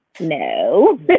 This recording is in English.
no